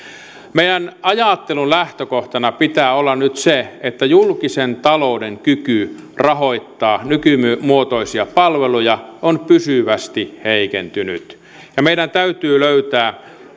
meidän ajattelun lähtökohtana pitää olla nyt se että julkisen talouden kyky rahoittaa nykymuotoisia palveluja on pysyvästi heikentynyt ja meidän täytyy löytää